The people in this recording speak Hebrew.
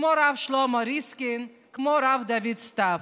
כמו הרב שלמה ריסקין, כמו הרב דוד סתיו.